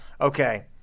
Okay